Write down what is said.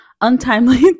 untimely